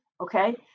Okay